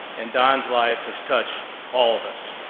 and don's life has touched all of us.